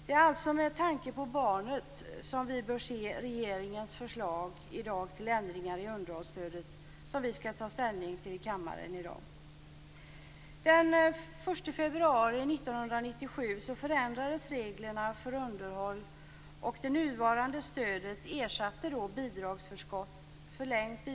Det är alltså med tanke på barnet som vi bör se regeringens förslag till ändringar i underhållsstödet som vi i dag skall ta ställning till här i kammaren.